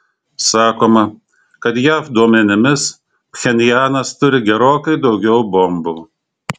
sakoma kad jav duomenimis pchenjanas turi gerokai daugiau bombų